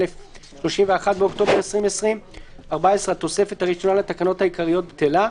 (31 באוקטובר 2020). 14. התוספת הראשונה לתקנות העיקריות - בטלה.